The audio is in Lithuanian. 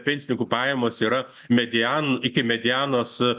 pensininkų pajamos yra median iki medianos